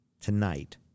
tonight